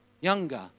younger